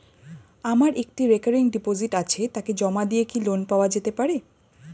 আমার একটি recurring deposit আছে তাকে জমা দিয়ে কি লোন পাওয়া যেতে পারে?